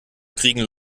kriegen